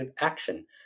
action